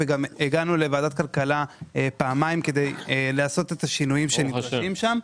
גם לוועדת הכלכלה פעמיים כדי לעשות את השינויים שנדרשים שם.